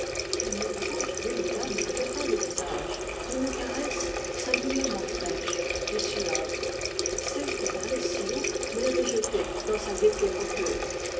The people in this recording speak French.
et une branche de lilas m'effleura le visage d'une caresse singulièrement fraîche et suave celle qui parlait si haut me l'avait jetée dans sa gaîté moqueuse